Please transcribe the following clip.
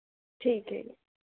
ਠੀਕ ਹੈ ਜੀ